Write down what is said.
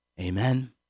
Amen